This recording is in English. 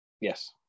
Yes